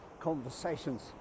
conversations